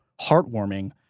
heartwarming